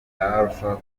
alpha